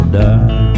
die